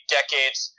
decades